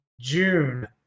June